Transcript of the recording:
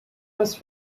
was